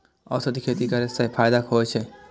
औषधि खेती करे स फायदा होय अछि?